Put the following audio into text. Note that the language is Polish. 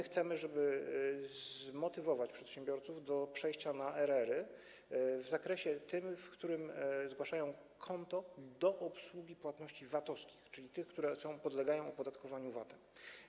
Chcemy zmotywować przedsiębiorców do przejścia na RR-y w zakresie, w którym zgłaszają konto do obsługi płatności VAT-owskich, czyli tych, które podlegają opodatkowaniu VAT-em.